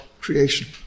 creation